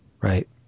right